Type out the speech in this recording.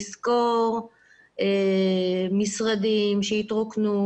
לשכור משרדים שהתרוקנו,